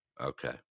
Okay